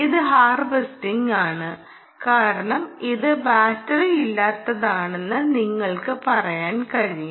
ഇത് ഹാർവെസ്റ്റിംഗ് ആണ് കാരണം ഇത് ബാറ്ററിയില്ലാത്തതാണെന്ന് നിങ്ങൾക്ക് പറയാൻ കഴിയും